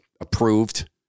approved